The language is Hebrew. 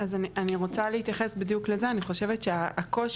אז אני רוצה להתייחס בדיוק לזה, אני חושבת שהקושי